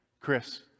Chris